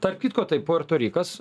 tarp kitko tai puerto rikas